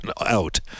out